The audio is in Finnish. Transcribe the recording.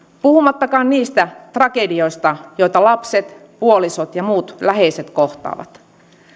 puhumattakaan niistä tragedioista joita lapset puolisot ja muut läheiset kohtaavat